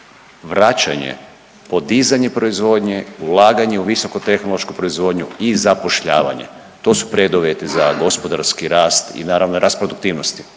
vraćanje, podizanje proizvodnje, ulaganje u visokotehnološku proizvodnju i zapošljavanje. To su preduvjeti za gospodarski rast i naravno, rast produktivnosti,